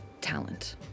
talent